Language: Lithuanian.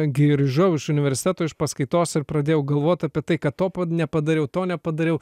grįžau iš universiteto iš paskaitos ir pradėjau galvot apie tai kad to nepadariau to nepadariau